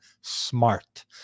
smart